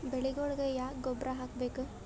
ಬೆಳಿಗೊಳಿಗಿ ಯಾಕ ಗೊಬ್ಬರ ಹಾಕಬೇಕು?